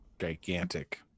gigantic